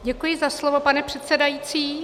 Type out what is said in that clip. Děkuji za slovo, pane předsedající.